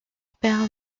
perd